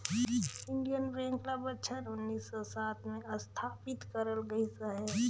Indian bank ल बछर उन्नीस सव सात में असथापित करल गइस अहे